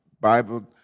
Bible